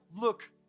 look